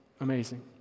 amazing